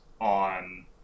on